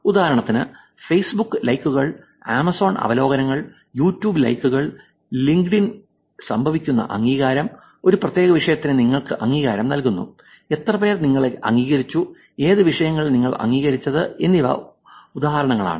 ഉദാഹരണത്തിന് ഫേസ്ബുക്ക് ലൈക്കുകൾ ആമസോൺ അവലോകനങ്ങൾ യൂട്യൂബ് ലൈക്കുകൾ ലിങ്ക്ഡ്ഇനിൽ സംഭവിക്കുന്ന അംഗീകാരം ഒരു പ്രത്യേക വിഷയത്തിന് നിങ്ങൾ അംഗീകാരം നൽകുന്നു എത്ര പേർ നിങ്ങളെ അംഗീകരിച്ചു ഏത് വിഷയങ്ങളാണ് നിങ്ങൾ അംഗീകരിച്ചത് എന്നിവ ഉദാഹരണങ്ങൾ ആണ്